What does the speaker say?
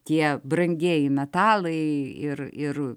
tie brangieji metalai ir ir